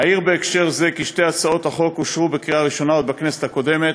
אעיר בהקשר זה כי שתי הצעות החוק אושרו בקריאה ראשונה עוד בכנסת הקודמת,